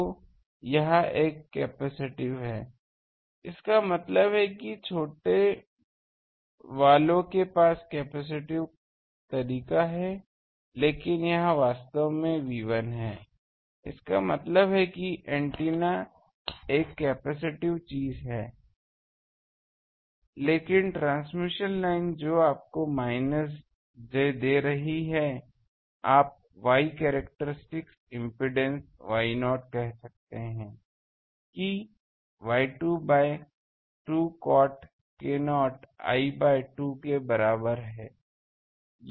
तो यह एक कैपेसिटिव है इसका मतलब है छोटे वालों के पास कैपेसिटिव तरीका है लेकिन यह वास्तव में Y1 है इसका मतलब है कि एंटीना एक कैपेसिटिव चीज है लेकिन ट्रांसमिशन लाइन जो आपको माइनस j दे रही है आप Y कैरेक्टरिस्टिक इम्पीडेन्स Y0 कह सकते हैं कि Y2 by 2 cot k0 l by 2 के बराबर है